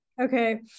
Okay